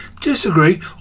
disagree